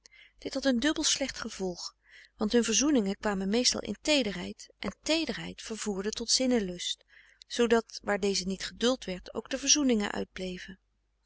dit had een dubbel slecht gevolg want hun verzoeningen kwamen meestal in teederheid en teederheid vervoerde tot zinnen lust zoodat waar deze niet geduld werd ook de verzoeningen uitbleven